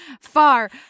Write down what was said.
far